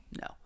No